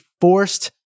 forced